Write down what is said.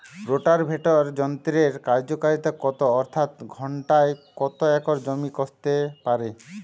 Rotavator যন্ত্রের কার্যকারিতা কত অর্থাৎ ঘণ্টায় কত একর জমি কষতে পারে?